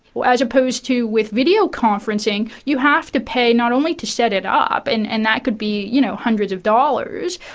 as opposed to with videoconferencing you have to pay not only to set it up, and and that could be you know hundreds of dollars,